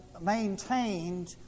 maintained